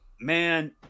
man